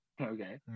Okay